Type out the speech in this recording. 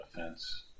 offense